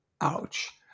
Ouch